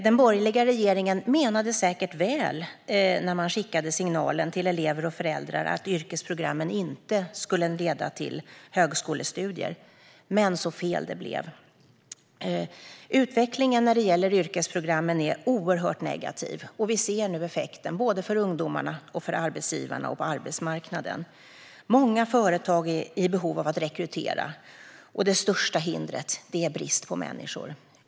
Den borgerliga regeringen menade säkert väl när man skickade signalen till elever och föräldrar att yrkesprogrammen inte skulle leda till högskolestudier, men så fel det blev. Utvecklingen när det gäller yrkesprogrammen är oerhört negativ, och vi ser nu effekten för ungdomarna, för arbetsgivarna och för arbetsmarknaden. Många företag är i behov av att rekrytera, men det största hindret är brist på människor.